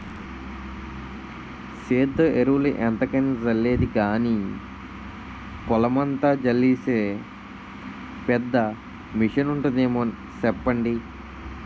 సేత్తో ఎరువులు ఎంతకని జల్లేది గానీ, పొలమంతా జల్లీసే పెద్ద మిసనుంటాదేమో సెప్పండి?